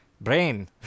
Brain